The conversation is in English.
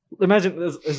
Imagine